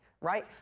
right